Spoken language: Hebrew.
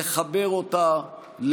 לחבר אותה,